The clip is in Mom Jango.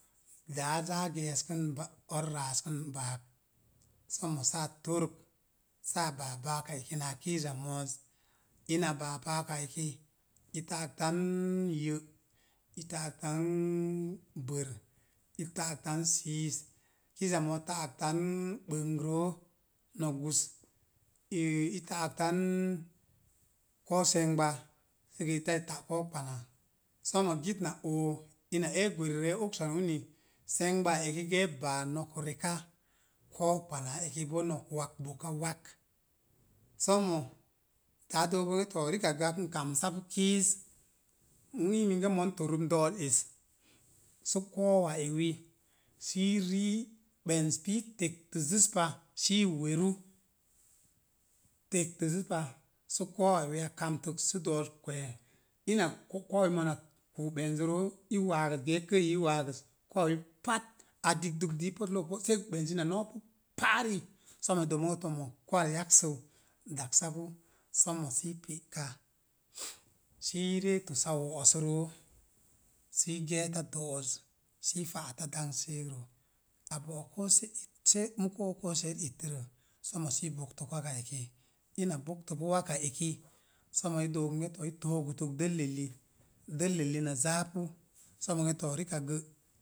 Daa zaa geeskən ba', or raaskən baak, somo saa fork saa baa baaka eki naa kiiza mo̱o̱z. Ina baa baaka eki, i ta'aktan nyə', i ta'aktan bər, i ta'aktan nyə', i ta'aktann bər, i ta'aktann siis kiiza mo̱o̱z ta'aktan bəng roo, no̱k gus ita'aktann ko̱o̱ se̱ngba səgə iza ta ko̱o̱ kpana. Somo git na oo, ina ee gwerirə e oksan uni, se̱ngba eki gə e baa no̱k reka, ko̱o̱ kpanaa eki boo no̱k wak, boka wak. Sommo, daa dook bonge to, rikak gə n kamsapu kiiz, n ii minge mon torum do̱'o̱z es. Sə ko̱o̱wa ewi sii rii ɓenz pii tektəzzəz pa, sii weru, tektəz zəz pa, sə ko̱o̱wa ewi a kamtək sə do̱o̱ kwee. Ina ko̱’ ko̱o̱wa ewi mona kuu ɓenzə roo i waagəs gee kə'iyi i waa gəz. Ko̱o̱wi put a digdəg dii potuloo po’ sei ɓenzi na noopu paari, somo do moo tomo ko̱o̱wa yaksəu daksapu. Sommo sii pe ka sii ree tosu wo̱'so roo, sii geeta do̱'o̱z, sii pa'ata dangs seegrə. A bo̱'o̱k se it, se mukə koo se'er ittərə, sommo sii i boktək waka eki. Ina bogtəpu waka eki, somo i dook bonge, to, i toogətək dəlləlli, dəlləlli ni zaapu, somo ge to, rikak gə